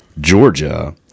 Georgia